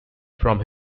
from